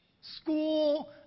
School